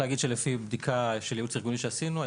לפי בדיקה של ייעוץ ארגוני שעשינו,